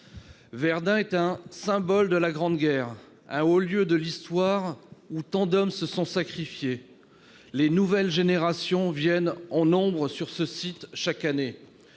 Verdun est un symbole de la Grande Guerre, un haut lieu d'histoire où tant d'hommes se sont sacrifiés. Les nouvelles générations viennent en nombre sur ce site chaque année.